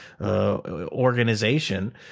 organization